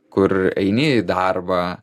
kur eini į darbą